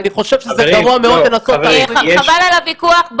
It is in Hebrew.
ואני חושב שזה גרוע מאוד לנסות --- חבל על הוויכוח,